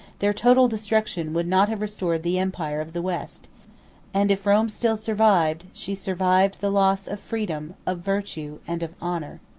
their total destruction would not have restored the empire of the west and if rome still survived, she survived the loss of freedom, of virtue, and of honor.